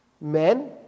Men